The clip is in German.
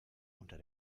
unter